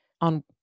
on